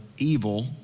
evil